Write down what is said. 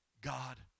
God